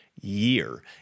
year